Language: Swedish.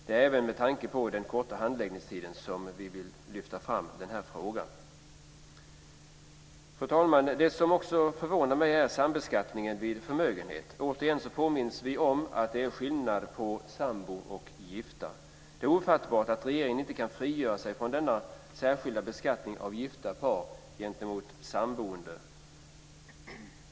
Det är även med tanke på den korta handläggningstiden som vi vill lyfta fram den här frågan. Fru talman! Det som också förvånar mig är sambeskattningen vid förmögenhet. Återigen påminns vi om att det är skillnad på sambo och gift. Det är ofattbart att regeringen inte kan frigöra sig från den särskilda beskattningen av gifta par.